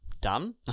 done